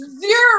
Zero